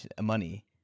money